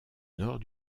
nord